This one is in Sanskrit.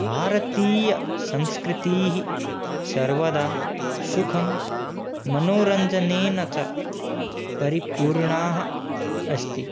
भारतीयसंस्कृतिः सर्वदा सुखं मनोरञ्जनेन च परिपूर्णा अस्ति